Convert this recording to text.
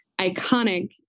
iconic